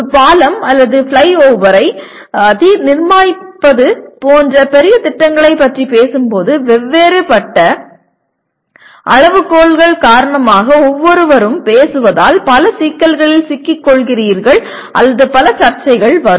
ஒரு பாலம் அல்லது ஃப்ளைஓவரை நிர்மாணிப்பது போன்ற பெரிய திட்டங்களைப் பற்றி பேசும்போது வேறுபட்ட அளவுகோல்கள் காரணமாக ஒவ்வொருவரும் பேசுவதால் பல சிக்கல்களில் சிக்கிக் கொள்கிறீர்கள் அல்லது பல சர்ச்சைகள் வரும்